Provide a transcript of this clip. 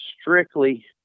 strictly